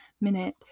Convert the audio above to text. minute